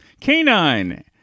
Canine